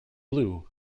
blue